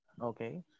Okay